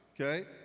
okay